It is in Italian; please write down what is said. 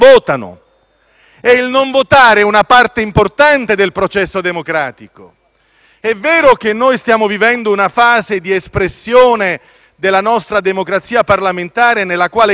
È vero che stiamo vivendo una fase di espressione della nostra democrazia parlamentare nella quale compare anche il *kit* del parlamentare, che fa dire poco,